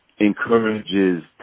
encourages